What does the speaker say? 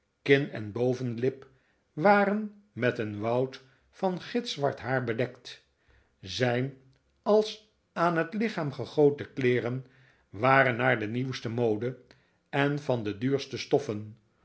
kin en bovenlip waren met een woud van gitzwart haar bedekt zijn als aan het lichaam gegoten kleeren waren naar de nieuwste mode en van de duurste stoffen